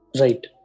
right